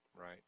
right